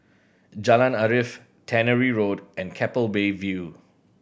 Jalan Arif Tannery Road and Keppel Bay View